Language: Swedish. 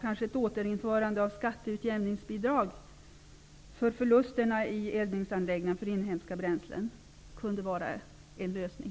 Kunde återinförande av skatteutjämningsbidrag för förlusterna i eldningsanläggningarna för inhemska bränslen vara en lösning?